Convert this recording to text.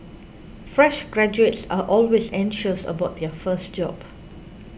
fresh graduates are always anxious about their first job